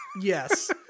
yes